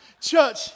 church